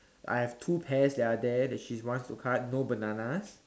I have two pears that are there that she wants to cut no bananas